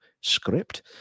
script